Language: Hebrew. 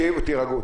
תירגעו.